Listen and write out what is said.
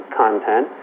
content